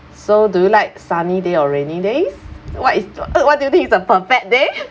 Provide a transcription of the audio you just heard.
so do you like sunny day or rainy days what is what do you think is a perfect day